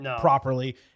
properly